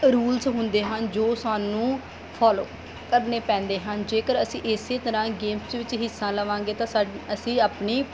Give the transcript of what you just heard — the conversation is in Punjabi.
ਰੂਲਸ ਹੁੰਦੇ ਹਨ ਜੋ ਸਾਨੂੰ ਫੋਲੋ ਕਰਨੇ ਪੈਂਦੇ ਹਨ ਜੇਕਰ ਅਸੀਂ ਇਸੇ ਤਰ੍ਹਾਂ ਗੇਮਸ ਵਿੱਚ ਹਿੱਸਾ ਲਵਾਂਗੇ ਤਾਂ ਸਾਡ ਅਸੀਂ ਆਪਣੀ